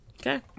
Okay